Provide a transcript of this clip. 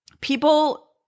people